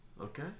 Okay